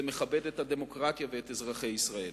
זה מכבד את הדמוקרטיה ואת אזרחי ישראל.